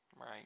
right